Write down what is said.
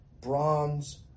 bronze